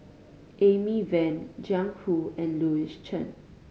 Amy Van Jiang Hu and Louis Chen